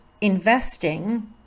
investing